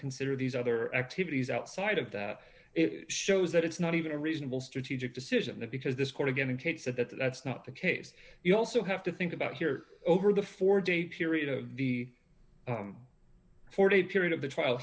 consider these other activities outside of that it shows that it's not even a reasonable strategic decision because this court again kid said that that's not the case you also have to think about here over the four day period of the forty period of the trial